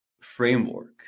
framework